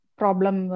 problem